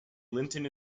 linton